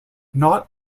not